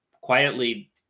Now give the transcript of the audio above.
quietly